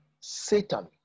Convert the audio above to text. Satan